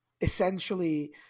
Essentially